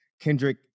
Kendrick